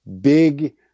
big